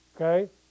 okay